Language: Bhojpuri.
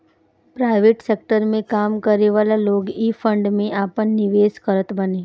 प्राइवेट सेकटर में काम करेवाला लोग इ फंड में आपन निवेश करत बाने